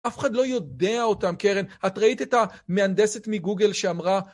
אף אחד לא יודע אותם קרן, את ראית את המהנדסת מגוגל שאמרה